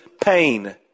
pain